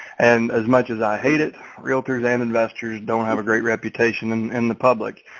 and as much as i hate it, realtors and investors don't have a great reputation and and the public,